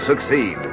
succeed